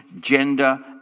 gender